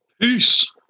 Peace